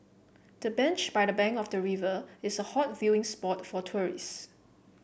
the bench by the bank of the river is a hot viewing spot for tourists